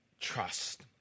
trust